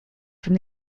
from